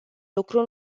lucru